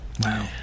Wow